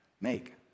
Make